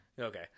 Okay